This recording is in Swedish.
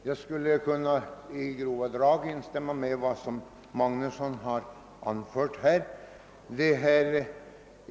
Herr talman! Jag skulle i grova drag kunna instämma i vad herr Magnusson i Borås här har anfört.